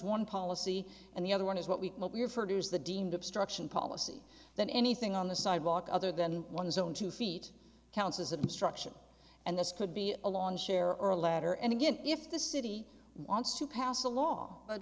one policy and the other one is what we have heard is the deemed obstruction policy that anything on the sidewalk other than one's own two feet counts as an obstruction and this could be a lawn chair or a letter and again if the city wants to pass a law